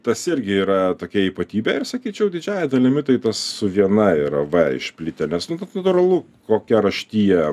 tas irgi yra tokia ypatybė ir sakyčiau didžiąja dalimi tai tas su viena yra v išplitę nes natūralu kokia raštija